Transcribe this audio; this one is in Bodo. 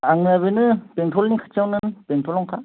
आंना बेनो बेंथलनि खाथियावनो बेंथलावनोखा